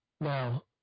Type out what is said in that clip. Now